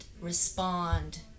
respond